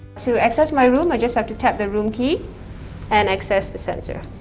to access my room, i just have to tap the room key and access the sensor.